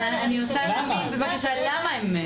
אבל אני רוצה להבין בבקשה למה.